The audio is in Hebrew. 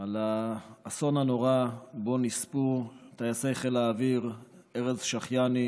על האסון הנורא שבו נספו טייסי חיל האוויר ארז שחייני,